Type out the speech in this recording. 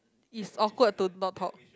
is awkward to not talk